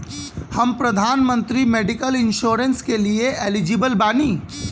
हम प्रधानमंत्री medical insurance के लिए एलिजिबल बानी?